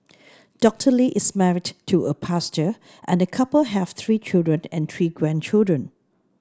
Doctor Lee is married to a pastor and the couple have three children and three grandchildren